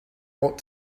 ought